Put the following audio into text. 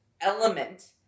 element